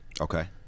Okay